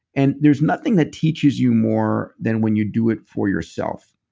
and there's nothing that teaches you more than when you do it for yourself.